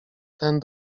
ten